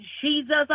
Jesus